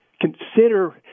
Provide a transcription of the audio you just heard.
consider